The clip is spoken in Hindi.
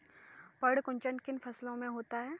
पर्ण कुंचन किन फसलों में होता है?